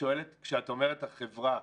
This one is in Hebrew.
כשאת אומרת החברה,